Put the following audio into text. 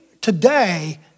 today